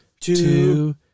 two